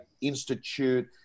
Institute